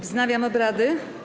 Wznawiam obrady.